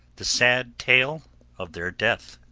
the sad tale of their death.